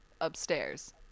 upstairs